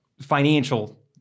financial